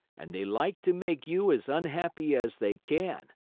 and they like to make you as unhappy as they can.